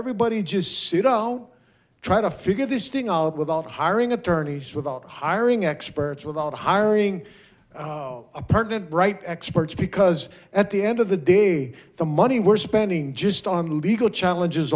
everybody just sit out try to figure this thing out without hiring attorneys without hiring experts without hiring a permanent bright experts because at the end of the day the money we're spending just on legal challenges